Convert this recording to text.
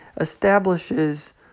establishes